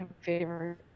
favorite